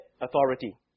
authority